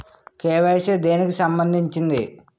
KYC దేనికి సంబందించింది?